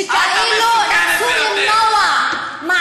שכאילו ניסו למנוע, את המסוכנת ביותר.